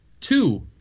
two